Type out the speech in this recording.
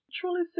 truly